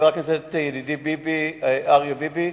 חבר הכנסת אריה ביבי,